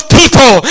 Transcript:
people